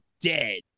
dead